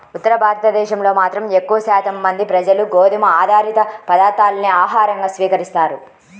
ఉత్తర భారతదేశంలో మాత్రం ఎక్కువ శాతం మంది ప్రజలు గోధుమ ఆధారిత పదార్ధాలనే ఆహారంగా స్వీకరిస్తారు